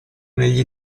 negli